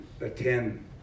attend